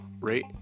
rate